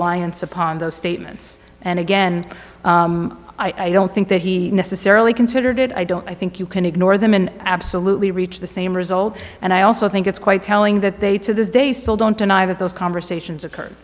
those statements and again i don't think that he necessarily considered it i don't i think you can ignore them and absolutely reach the same result and i also think it's quite telling that they to this day still don't deny that those conversations occurred